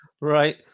right